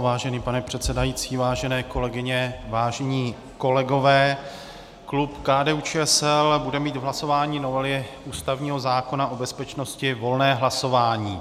Vážený pane předsedající, vážené kolegyně, vážení kolegové, klub KDUČSL bude mít v hlasování novely ústavního zákona o bezpečnosti volné hlasování.